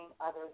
others